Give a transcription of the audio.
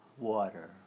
water